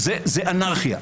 זו אנרכיה.